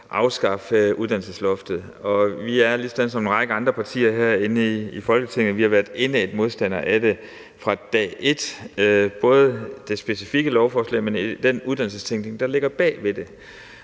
afskaffe uddannelsesloftet, og vi har ligesom en række andre partier herinde i Folketinget været indædte modstandere af det fra dag et – både det specifikke lovforslag dengang og den uddannelsestænkning, der ligger bag ved det.